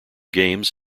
games